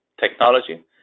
technology